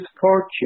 fortune